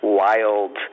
wild